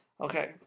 Okay